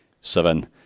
seven